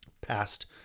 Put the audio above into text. past